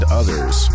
others